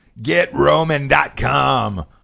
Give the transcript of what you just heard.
GetRoman.com